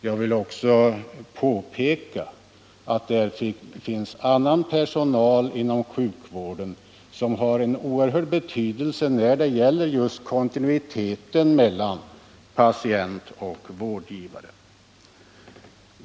Jag vill också påpeka att det finns annan personal inom sjukvården som har oerhört stor betydelse när det gäller just kontinuiteten mellan patient och vårdgivare.